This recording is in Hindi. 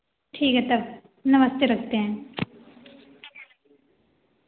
ठीक है तब नमस्ते रखते हैं